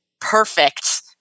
perfect